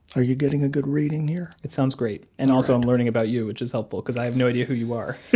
are you getting a good reading here? it sounds great. and also, i'm learning about you, which is helpful, because i have no idea who you are.